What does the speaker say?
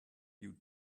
you